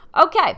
Okay